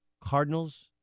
Cardinals